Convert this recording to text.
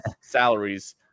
salaries